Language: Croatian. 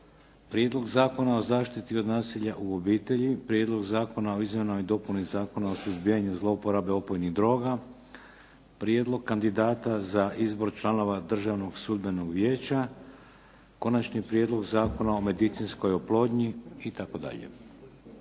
Prijedlog Zakona o zaštiti od nasilja u obitelji, Prijedlog Zakona o izmjenama i dopunama Zakona o suzbijanju zlouporabe opojnih droga, Prijedlog kandidata za izbor članova Državnog sudbenog vijeća, Konačni Prijedlog Zakona o medicinskoj oplodnji, itd.